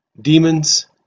Demons